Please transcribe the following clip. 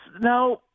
now